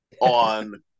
on